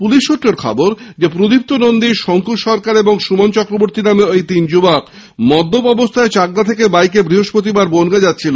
পুলিশসূত্রে জানা গেছে প্রদীপ্ত নন্দী শঙ্কু সরকার এবং সুমন চক্রবর্তী নামে ঐ তিন যুবক মদ্যপ অবস্থায় চাকদা থেকে বাইকে বৃহস্পতিবার বনগাঁ যাচ্ছিল